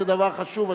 זה דבר חשוב,